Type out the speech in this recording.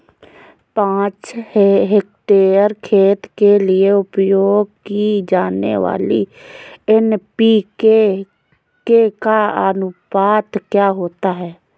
पाँच हेक्टेयर खेत के लिए उपयोग की जाने वाली एन.पी.के का अनुपात क्या होता है?